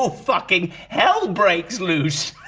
ah fucking hell breaks loose!